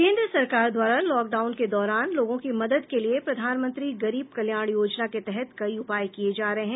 केन्द्र सरकार द्वारा लॉक डाउन के दौरान लोगों की मदद के लिए प्रधानमंत्री गरीब कल्याण योजना के तहत कई उपाय किये जा रहे हैं